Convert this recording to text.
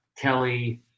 Kelly